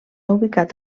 ubicat